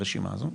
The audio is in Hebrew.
הרשימה הזאת.